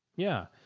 yeah,